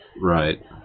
Right